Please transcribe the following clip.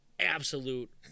absolute